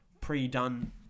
pre-done